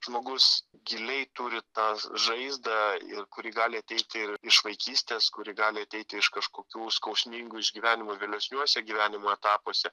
žmogus giliai turi tą žaizdą ir kuri gali ateiti iš vaikystės kuri gali ateiti iš kažkokių skausmingų išgyvenimų vėlesniuose gyvenimo etapuose